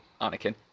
anakin